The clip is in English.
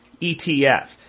ETF